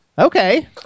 Okay